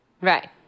Right